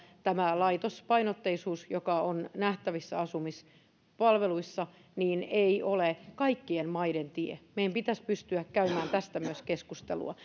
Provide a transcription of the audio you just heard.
tämä laitospainotteisuus joka on nähtävissä asumispalveluissa ei ole kaikkien maiden tie meidän pitäisi pystyä käymään tästä myös keskustelua